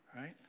right